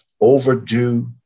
overdue